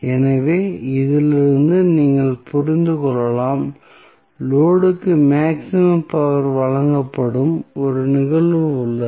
எனவே இதிலிருந்து நீங்கள் புரிந்து கொள்ளலாம் லோடு க்கு மேக்ஸிமம் பவர் வழங்கப்படும் ஒரு நிகழ்வு உள்ளது